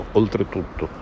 oltretutto